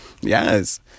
Yes